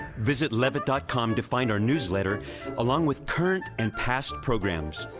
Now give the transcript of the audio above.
visit levitt dot com to find our newsletter along with current and past programs,